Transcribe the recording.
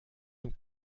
zum